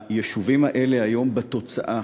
היישובים האלה היום, בתוצאה,